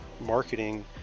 marketing